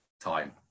time